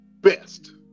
best